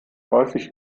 häufig